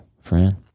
friend